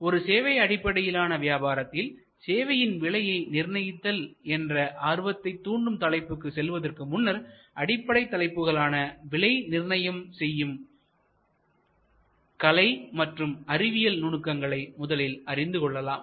ஒரு சேவை அடிப்படையிலான வியாபாரத்தில்சேவையின் விலையை நிர்ணயித்தல் என்ற ஆர்வத்தைத் தூண்டும் தலைப்புகளுக்கு செல்வதற்கு முன்னர் அடிப்படை தலைப்புகளான விலை நிர்ணயம் செய்யும் கலை மற்றும் அறிவியல் நுணுக்கங்களை முதலில் அறிந்து கொள்ளலாம்